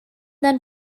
then